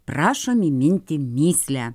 prašom įminti mįslę